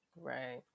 right